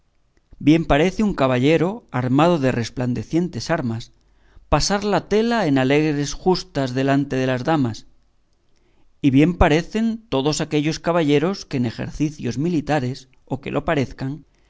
bien parece un caballero armado de resplandecientes armas pasar la tela en alegres justas delante de las damas y bien parecen todos aquellos caballeros que en ejercicios militares o que lo parezcan